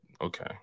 okay